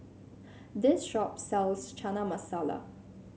this shop sells Chana Masala